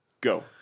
go